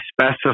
specify